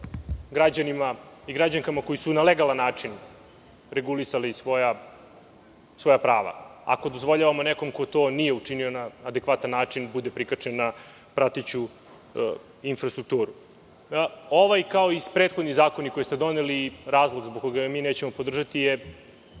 građanima i građankama koji su na legalan način regulisali svoja prava ako dozvoljavamo nekom ko to nije učinio na adekvatan način, bude prikačen na prateću infrastrukturu. Ovaj kao i prethodni zakoni koji ste doneli i razlog zbog koga mi nećemo podržati je